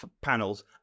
panels